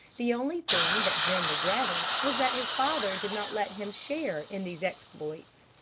the only thing that jim regretted was that his father did not let him share in these exploits.